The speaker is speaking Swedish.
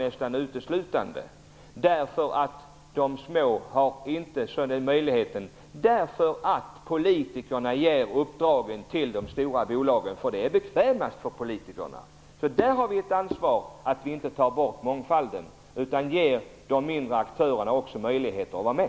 De små bolagen har inte möjligheten, därför att politikerna ger uppdragen till de stora bolagen. Det är bekvämast för politikerna. Där har vi ett ansvar att inte ta bort mångfalden utan också ge de mindre aktörerna möjlighet att vara med.